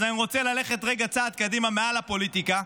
אז אני רוצה ללכת רגע צעד קדימה מעל הפוליטיקה,